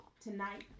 Tonight